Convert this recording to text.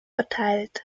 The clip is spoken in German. verteilt